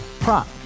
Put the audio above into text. Prop